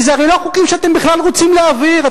כי זה הרי לא חוקים שאתם בכלל רוצים להעביר,